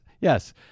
yes